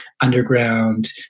underground